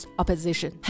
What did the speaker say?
opposition